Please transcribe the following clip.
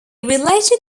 related